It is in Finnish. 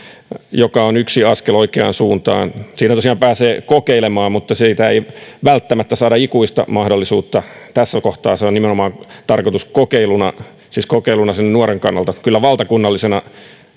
joka on yksi askel oikeaan suuntaan siinä tosiaan pääsee kokeilemaan mutta siitä ei välttämättä saada ikuista mahdollisuutta tässä kohtaa sen tarkoitus on olla nimenomaan kokeiluna siis kokeiluna sen nuoren kannalta kylläkin valtakunnallisena